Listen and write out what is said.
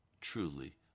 truly